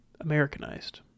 Americanized